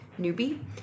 newbie